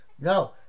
no